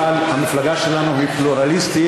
אבל המפלגה שלנו היא פלורליסטית,